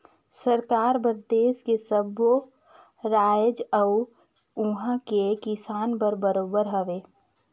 सरकार बर देस के सब्बो रायाज अउ उहां के किसान हर बरोबर हवे